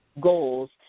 goals